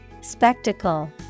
Spectacle